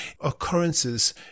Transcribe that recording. occurrences